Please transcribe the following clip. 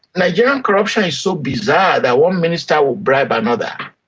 nigerian corruption is so bizarre that one minister will bribe another.